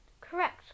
Correct